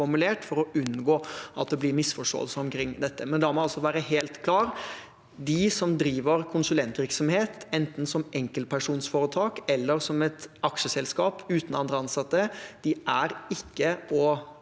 man unngår at det blir misforståelser omkring det. Men da må det altså være helt klart: De som driver konsulentvirksomhet, enten som enkeltpersonforetak eller som et aksjeselskap uten andre ansatte, er ikke å